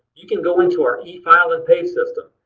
you can go into our efile and pay system.